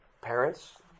parents